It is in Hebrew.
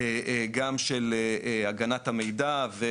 גם של הגנת המידע.